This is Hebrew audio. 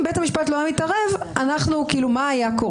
שמישהו הסכים פה להחזרת --- ככה הוא עשה תמיד,